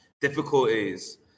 difficulties